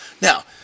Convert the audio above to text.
Now